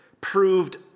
proved